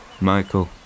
Michael